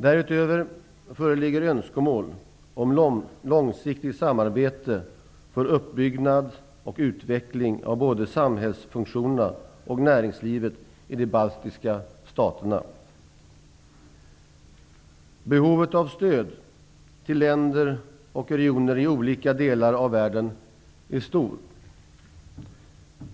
Därutöver föreligger önskemål om långsiktigt samarbete för uppbyggnad och utveckling av både samhällsfunktionerna och näringslivet i de baltiska staterna. Behovet av stöd till länder och regioner i olika delar av världen är stort.